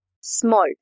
small